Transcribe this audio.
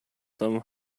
some